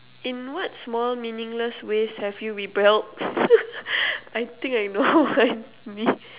in what small meaningless ways have you rebelled I think I know what